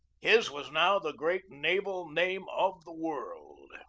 his was now the great naval name of the world.